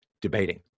debating